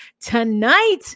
tonight